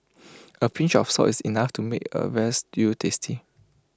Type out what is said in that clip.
A pinch of salt is enough to make A Veal Stew tasty